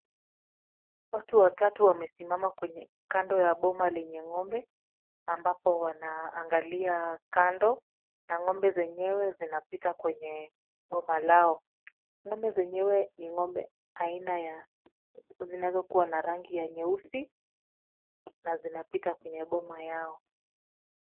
Watu watatu wamesimama kwenye kando ya boma lenye ng'ombe ambapo wanaangalia kando na ng'ombe zenyewe zinapita kwenye boma lao.Ng'ombe zenyewe ni ng'ombe aina ya zinazokuwa na rangi ya nyeusi na zinapita kwenye boma yao.